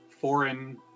foreign